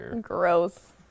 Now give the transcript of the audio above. Gross